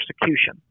persecution